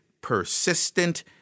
persistent